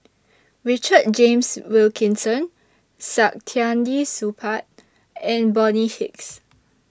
Richard James Wilkinson Saktiandi Supaat and Bonny Hicks